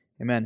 amen